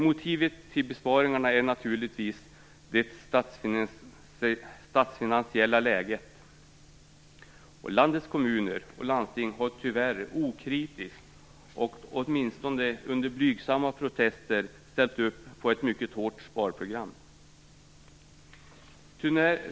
Motivet till besparingarna är naturligtvis det statsfinansiella läget. Landets kommuner och landsting har, tyvärr, okritiskt och åtminstone under blygsamma protester ställt upp på ett mycket hårt sparprogram.